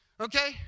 Okay